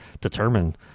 determine